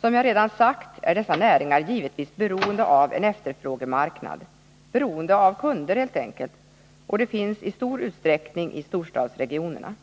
Som jag redan sagt är dessa näringar givetvis beroende av en efterfrågemarknad, beroende av kunder helt enkelt, och de finns i stor utsträckning i storstadsregionerna.